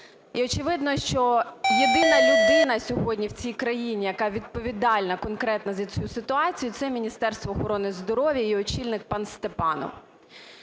І, очевидно, що єдина людина сьогодні в цій країні, яка відповідальна конкретно за цю ситуацію, - це Міністерство охорони здоров'я і її очільник пан Степанов.